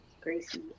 Gracie